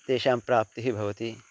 तेषां प्राप्तिः भवति